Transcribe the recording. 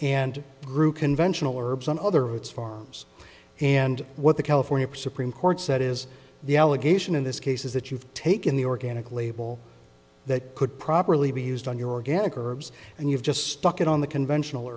and grew conventional herbs on other routes far and what the california supreme court said is the allegation in this case is that you've taken the organic label that could properly be used on your organic herbs and you've just stuck it on the conventional